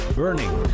burning